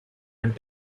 and